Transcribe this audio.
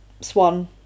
swan